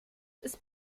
ist